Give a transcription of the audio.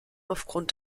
aufgrund